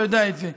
ואתה יודע את זה,